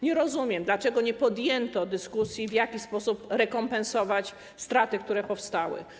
Nie rozumiem, dlaczego nie podjęto dyskusji o tym, w jaki sposób rekompensować straty, które powstaną.